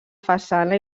façana